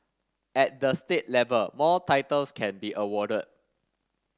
at the state level more titles can be awarded